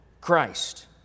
Christ